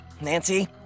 Nancy